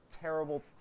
terrible